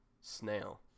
snail